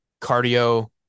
cardio